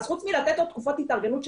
חוץ מלתת לו תקופות התארגנות,